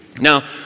Now